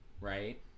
right